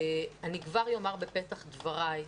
אני כבר אומר בפתח דבריי,